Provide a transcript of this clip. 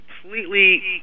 completely